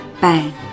bang